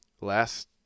Last